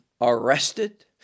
arrested